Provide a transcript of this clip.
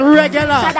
regular